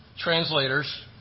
translators